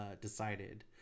decided